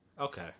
okay